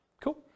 Cool